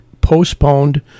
postponed